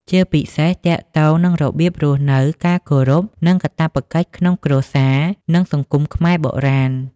ជាពិសេសទាក់ទងនឹងរបៀបរស់នៅ ការគោរព និងកាតព្វកិច្ចក្នុងគ្រួសារ និងសង្គមខ្មែរបុរាណ។